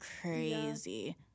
crazy